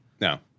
No